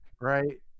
right